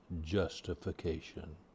justification